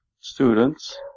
students